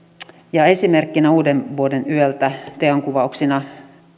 ja esimerkkinä uudenvuodenyöltä teon kuvauksina